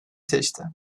seçti